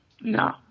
No